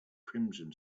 crimson